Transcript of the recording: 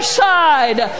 side